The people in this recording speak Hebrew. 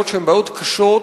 בעיות שהן בעיות קשות,